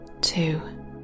two